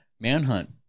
Manhunt